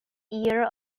year